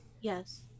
yes